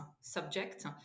subject